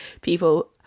people